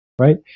Right